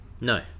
No